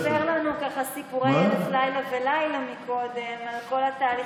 הרי ביבי עלה וסיפר לנו סיפורי אלף לילה ולילה קודם על כל התהליכים.